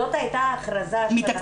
זאת הייתה הכרזה של השרה גילה גמליאל.